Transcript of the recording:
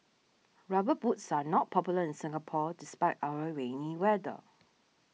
rubber boots are not popular in Singapore despite our rainy weather